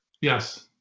Yes